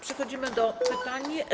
Przechodzimy do pytań.